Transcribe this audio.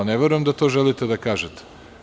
Ne verujem da to želite da kažete.